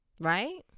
Right